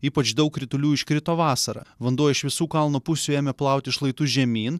ypač daug kritulių iškrito vasarą vanduo iš visų kalno pusių ėmė plaukti šlaitu žemyn